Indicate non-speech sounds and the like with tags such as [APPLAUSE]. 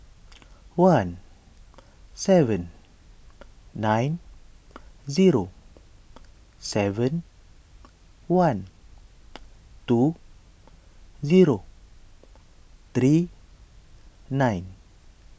[NOISE] one seven nine zero seven one two zero three nine